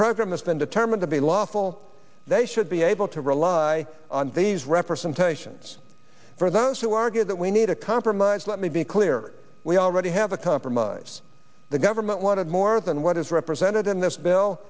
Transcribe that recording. program has been determined to be lawful they should be able to rely on these representations for those who argue that we need a compromise let me be clear we already have a compromise the government wanted more than what is represented in this bill